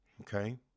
Okay